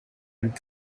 and